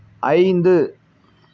ஐந்து